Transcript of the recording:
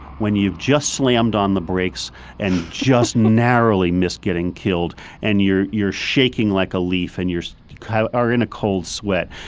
when you've just slammed on the brakes and just narrowly missed getting killed and you're you're shaking like a leaf and you're kind of in a cold sweat,